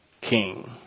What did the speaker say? King